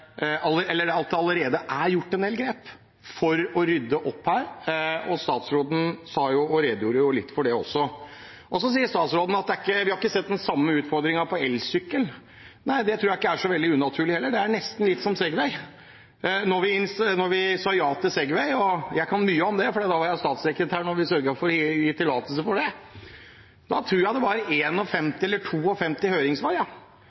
allerede er gjort en del grep for å rydde opp. Statsråden redegjorde litt for det også. Statsråden sier at de ikke har sett den samme utfordringen med elsykkel. Det tror jeg ikke er så veldig unaturlig, det er nesten litt som med Segway. Da vi sa ja til Segway – jeg kan mye om det, for jeg var statssekretær da vi sørget for å gi tillatelse til det – tror jeg det